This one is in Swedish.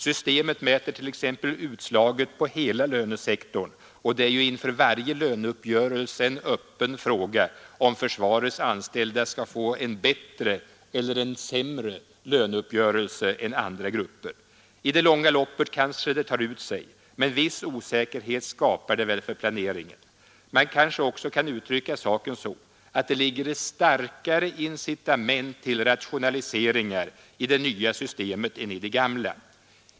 Systemet mäter t.ex. utslaget på hela lönesektorn, och det är ju inför varje löneuppgörelse en öppen fråga om försvarets anställda skall få en bättre eller en sämre löneuppgörelse än andra grupper. I det långa loppet kanske det tar ut sig, men viss osäkerhet skapar det väl för planeringen. Man kanske också kan uttrycka saken så att det ligger ett starkare incitament till rationaliseringar i det nya systemet än i det gamla.